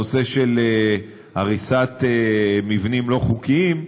הנושא של הריסת מבנים לא חוקיים,